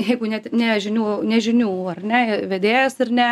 jeigu net ne žinių ne žinių ar ne vedėjas ir ne